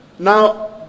Now